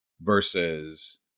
versus